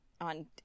on